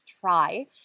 try